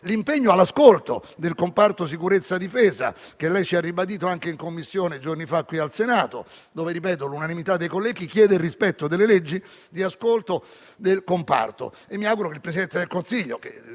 l'impegno all'ascolto del comparto sicurezza e difesa che lei ci ha ribadito giorni fa anche in Commissione, qui in Senato, dove - ripeto - l'unanimità dei colleghi chiede il rispetto delle leggi di ascolto del comparto. Capisco gli impegni del Presidente del Consiglio,